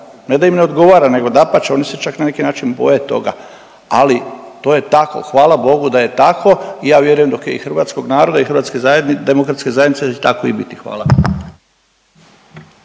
ne da im ne odgovara nego dapače oni se čak na neki način boje toga, ali to je tako, hvala Bogu da je tako i ja vjerujem dok je i hrvatskog naroda i HDZ-a da će tako i biti, hvala.